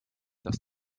das